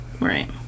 Right